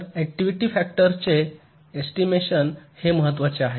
तर activity factors चे estimation हे महत्वाचे आहे